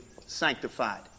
sanctified